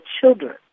children